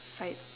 fight